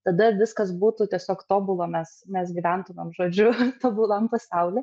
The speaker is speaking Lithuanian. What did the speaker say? tada viskas būtų tiesiog tobula mes mes gyventumėm žodžiu tobulam pasauly